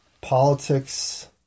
politics